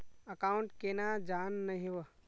Account केना जाननेहव?